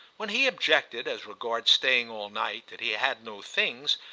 when he objected, as regards staying all night, that he had no things,